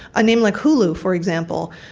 a name like hulu for example,